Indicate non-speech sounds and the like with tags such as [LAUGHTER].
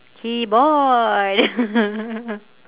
he bored [LAUGHS]